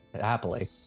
happily